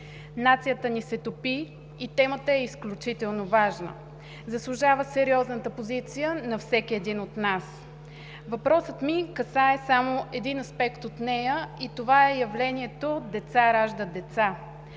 Нацията ни се топи и темата е изключително важна. Заслужава сериозната позиция на всеки един от нас. Въпросът ми касае само един аспект от нея и това е явлението деца раждат деца.